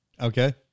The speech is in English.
Okay